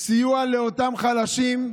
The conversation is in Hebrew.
סיוע לאותם חלשים,